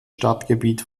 stadtgebiet